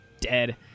dead